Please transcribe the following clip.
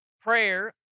prayer